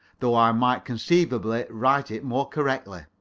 though i might conceivably write it more correctly.